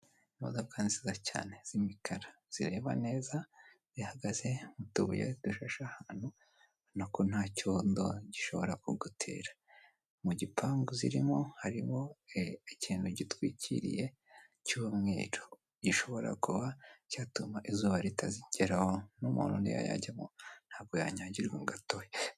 Imodoka nziza cyane zimikara, zireba neza zihagaze mu tubuye zishashe ahantu ,ubona ko nta cyondo gishobora kugutera. Mu gipangu zirimo harimo, ikintu gitwikiriye cy'umweru, gishobora kuba cyatuma izuba ritazigeuraho n'umuntu niyo yajyamo ntabwo yanyagirwa ngo atohe.